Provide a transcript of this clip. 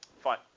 fine